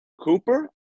Cooper